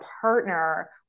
partner